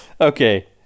okay